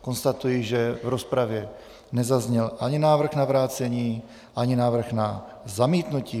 Konstatuji, že v rozpravě nezazněl ani návrh na vrácení ani návrh na zamítnutí.